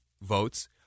votes